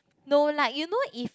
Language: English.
no lah you know if